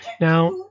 Now